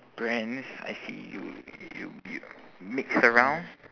brands I see you you you mix around